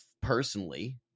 personally